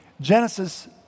Genesis